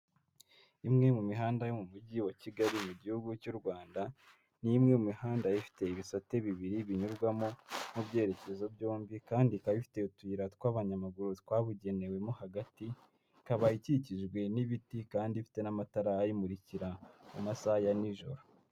Imwe mu mihanda yo mu mujyi wa Kigali mu gihugu cy'u Rwanda, ni imwe mu mihanda ifite ibisate bibiri binyurwamo mu byerekezo byombi, kandi ikaba ifitete utuyira tw'abanyamaguru twabugenewemo, hagati ikaba ikikijwe n'ibiti kandi ifite n'amatara ayimurikira mu masaha ya nijoro.